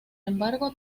embargo